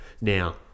Now